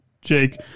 Jake